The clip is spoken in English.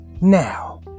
now